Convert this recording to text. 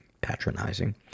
Patronizing